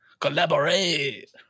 collaborate